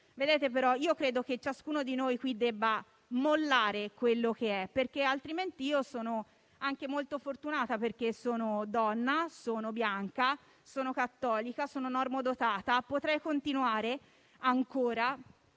Io credo, però, che ciascuno di noi qui debba mollare quello che è. Io sono anche molto fortunata, perché sono donna, sono bianca, sono cattolica, sono normodotata e potrei continuare ancora.